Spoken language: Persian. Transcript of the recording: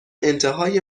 انتهای